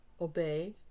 obey